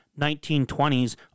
1920s